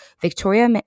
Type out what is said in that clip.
Victoria